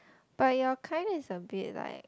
but your kind is a bit like